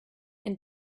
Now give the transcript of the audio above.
and